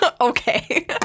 Okay